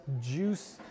juice